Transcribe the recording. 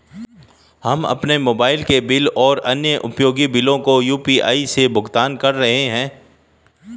हम अपने मोबाइल के बिल और अन्य उपयोगी बिलों को यू.पी.आई से भुगतान कर रहे हैं